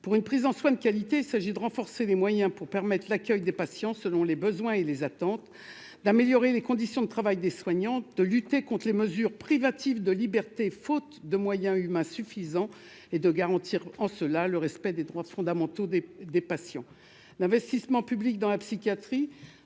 pour une prise en soins de qualité, il s'agit de renforcer les moyens pour permettre l'accueil des patients selon les besoins et les attentes d'améliorer les conditions de travail des soignants de lutter contres les mesures privatives de liberté, faute de moyens humains suffisants et de garantir en cela le respect des droits fondamentaux des des patients. D'investissement public dans la psychiatrie